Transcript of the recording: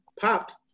popped